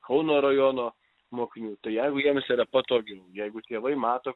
kauno rajono mokinių jeigu jiems yra patogiau jeigu tėvai mato